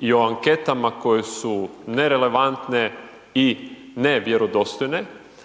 i o anketama koje su nerelevantne i nevjerodostojne.